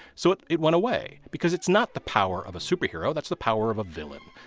so it it went away because it's not the power of a superhero, that's the power of a villain,